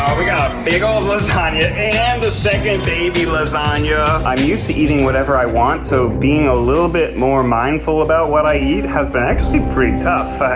we got big ol' lasagna and the second baby lasagna. i'm used to eating whatever i want so being a little bit more mindful about what i eat has been actually pretty tough.